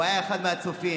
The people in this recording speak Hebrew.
הוא היה אחד הצופים.